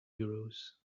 euros